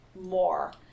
more